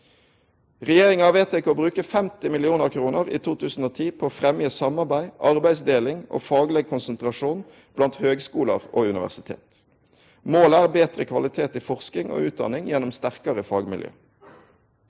Regjeringa har vedteke å bruke 50 mill. kr i 2010 på å fremje samarbeid, arbeidsdeling og fagleg konsentrasjon blant høgskolar og universitet. Målet er betre kvalitet i forsking og utdanning gjennom sterkare fagmiljø.